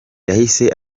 yahise